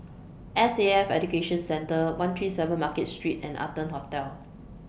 S A F Education Centre one three seven Market Street and Arton Hotel